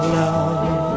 love